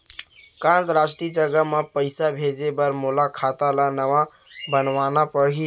का अंतरराष्ट्रीय जगह म पइसा भेजे बर मोला खाता ल नवा बनवाना पड़ही?